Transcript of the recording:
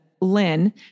Lynn